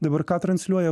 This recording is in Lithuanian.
dabar ką transliuoja